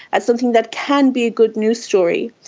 as something that can be a good news story.